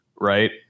right